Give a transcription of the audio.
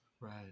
right